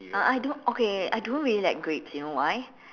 uh I don't okay I don't really like grapes you know why